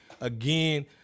again